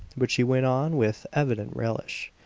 but she went on with evident relish,